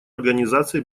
организации